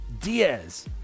diaz